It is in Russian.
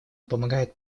помогает